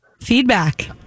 feedback